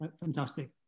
Fantastic